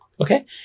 Okay